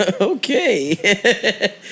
Okay